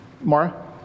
Mara